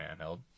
handheld